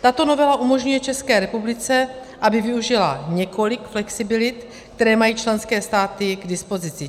Tato novela umožňuje České republice, aby využila několik flexibilit, které mají členské státy k dispozici.